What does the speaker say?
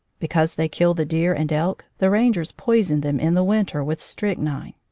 because they kill the deer and elk, the rangers poison them in the winter with strychnine.